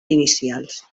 inicials